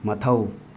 ꯃꯊꯧ